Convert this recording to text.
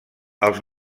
els